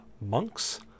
monks